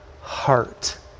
heart